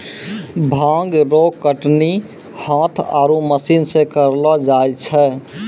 भांग रो कटनी हाथ आरु मशीन से करलो जाय छै